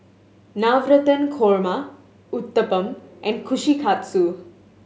Navratan Korma Uthapam and Kushikatsu